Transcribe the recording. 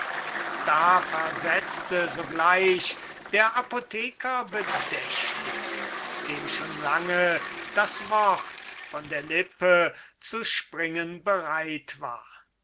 da versetzte sogleich der apotheker bedächtig dem schon lange das wort von der lippe zu springen bereit war